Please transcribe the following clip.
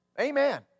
Amen